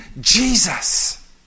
Jesus